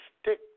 stick